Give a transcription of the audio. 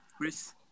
Chris